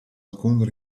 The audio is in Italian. alcun